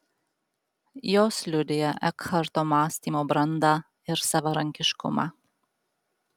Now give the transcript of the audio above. jos liudija ekharto mąstymo brandą ir savarankiškumą